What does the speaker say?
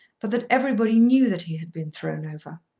but that everybody knew that he had been thrown over.